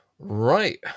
Right